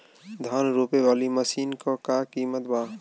धान रोपे वाली मशीन क का कीमत बा?